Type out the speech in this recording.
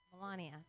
Melania